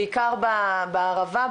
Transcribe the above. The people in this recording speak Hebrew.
בעיקר בערבה,